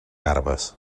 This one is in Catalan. garbes